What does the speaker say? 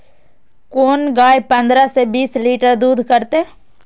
कोन गाय पंद्रह से बीस लीटर दूध करते?